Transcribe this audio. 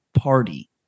party